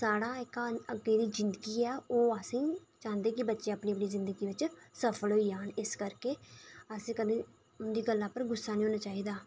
कि साढ़ा जेह्का जेह्ड़ी जिंदगी ऐ ओह् असें गी चांह्दे कि बच्चे अपनी अपनी जिंदगी बिच सफल होई जान तां इस करियै उं'दी गल्ला पर गुस्सा निं होना चाहिदा